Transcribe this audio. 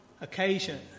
occasion